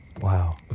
Wow